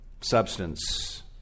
substance